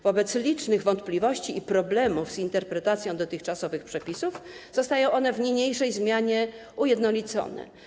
Wobec licznych wątpliwości i problemów z interpretacją dotychczasowych przepisów zostają one w niniejszej zmianie ujednolicone.